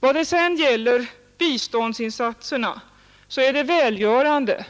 Vad sedan gäller biståndsinsatserna är det välgörande